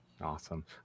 Awesome